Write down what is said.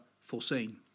foreseen